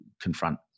confront